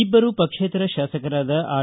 ಇಬ್ಲರು ಪಕ್ಷೇತರ ಶಾಸಕರಾದ ಆರ್